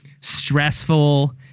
stressful